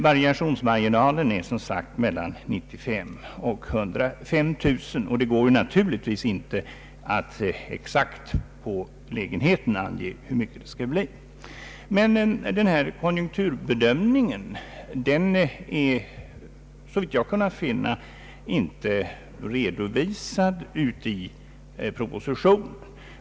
Variationsmarginalen är som sagt mellan 95 000 och 105 000 lägenheter, och det går naturligtvis inte att exakt på lägenheten ange hur många det blir. Den här konjunkturbedömningen är, såvitt jag kunnat finna, inte redovisad närmare i propositionen.